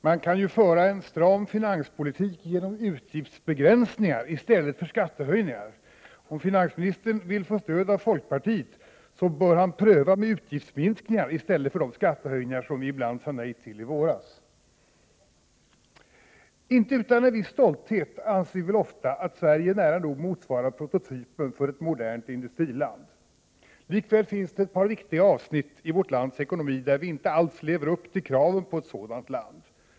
Herr talman! Man kan föra en stram finanspolitik genom utgiftsbegränsningar i stället för skattehöjningar. Om finansministern vill få stöd från folkpartiet bör han pröva med utgiftsminskningar i stället för med de skattehöjningar som vi ibland sade nej till i våras. Inte utan en viss stolthet anser vi väl ofta att Sverige nära nog motsvarar prototypen för ett modernt industriland. Likväl finns det ett par viktiga avsnitt i vårt lands ekonomi där vi inte alls lever upp till kraven på ett sådant land.